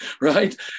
right